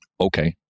okay